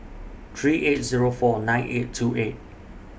three eight Zero four nine eight two eight